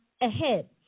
ahead